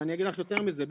ואני אגיד לך גם יותר מזה,